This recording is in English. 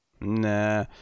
Nah